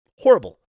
Horrible